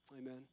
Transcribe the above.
amen